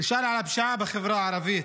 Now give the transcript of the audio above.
על הפשיעה בחברה הערבית.